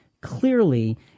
clearly